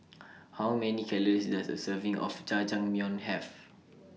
How Many Calories Does A Serving of Jajangmyeon Have